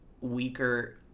weaker